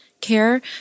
care